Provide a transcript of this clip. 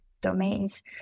domains